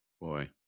Boy